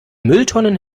mülltonnen